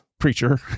preacher